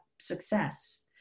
success